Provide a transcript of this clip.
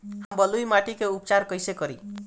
हम बलुइ माटी के उपचार कईसे करि?